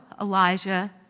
Elijah